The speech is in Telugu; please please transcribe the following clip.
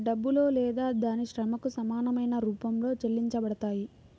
డబ్బులో లేదా దాని శ్రమకు సమానమైన రూపంలో చెల్లించబడతాయి